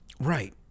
Right